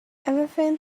everything